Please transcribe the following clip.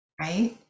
Right